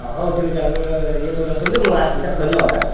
ହଉ ଠିକ୍ ଅଛି ଆପଣ ଇଏ କରି ରଖନ୍ତୁ ମୁଁ ଆସୁଛି ଧନ୍ୟବାଦ୍